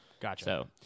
Gotcha